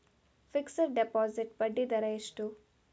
Fixed deposit ಬಡ್ಡಿ ದರ ಎಷ್ಟು?